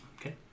Okay